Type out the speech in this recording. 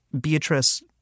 Beatrice